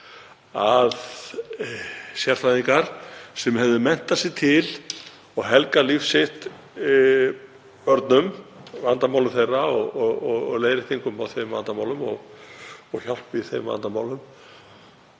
að sérfræðingar sem hefðu menntað sig til og helgað líf sitt börnum, vandamálum þeirra og leiðréttingum á þeim vandamálum og hjálp í þeim vandamálum,